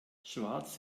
schwarz